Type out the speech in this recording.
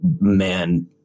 man